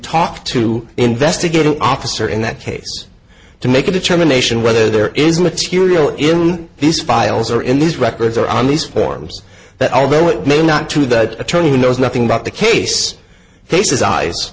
talk to investigating officer in that case to make a determination whether there is material in these files or in these records or on these forms that although it may not to the attorney who knows nothing about the case